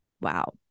Wow